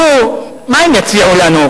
נו, מה הם יציעו לנו?